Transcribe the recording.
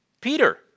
Peter